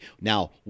Now